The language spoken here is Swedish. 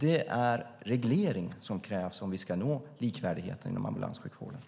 Det är reglering som krävs om vi ska nå likvärdighet inom ambulanssjukvården.